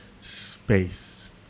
space